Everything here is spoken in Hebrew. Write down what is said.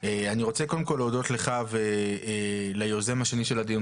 אני רוצה קודם כל להודות לך וליוזם השני של הדיון,